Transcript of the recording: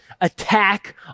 attack